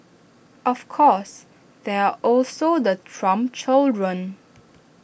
of course there also the Trump children